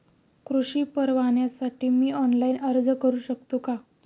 कृषी परवान्यासाठी मी ऑनलाइन अर्ज करू शकतो का?